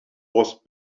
was